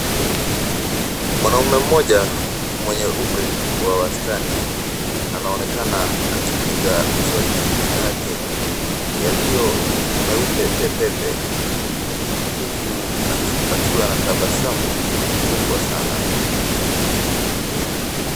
Mwanaume mmoja, mwenye umri, wa wastani, anaonekana akipiga mswaki meno yake, yaliyo, meupe pepepe, huku, akiwa anatabasamu, kubwa sana.